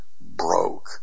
broke